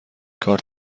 کارت